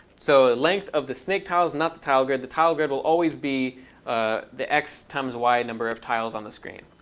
so the length of the snake tile is not the tile grid. the tile grid will always be ah the x times y number of tiles on the screen.